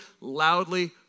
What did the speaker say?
loudly